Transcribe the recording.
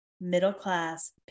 middle-class